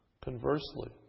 Conversely